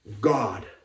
God